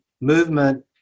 movement